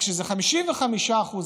זה 55%,